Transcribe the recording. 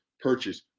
purchase